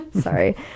Sorry